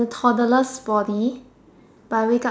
toddler's body but we got